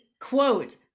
quote